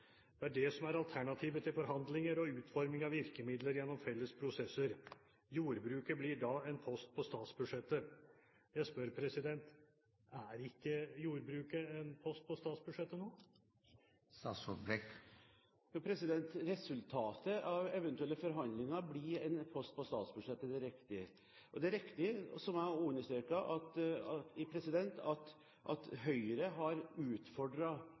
Det er det som er alternativet til forhandlinger og utforming av virkemidler gjennom felles prosesser; jordbruket blir en post på statsbudsjettet.» Jeg spør: Er ikke jordbruket en post på statsbudsjettet nå? Jo, resultatet av eventuelle forhandlinger blir en post på statsbudsjettet, det er riktig. Og det er riktig, som jeg også understreket, at Høyre har